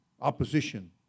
opposition